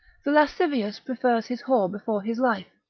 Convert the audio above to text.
the lascivious prefers his whore before his life,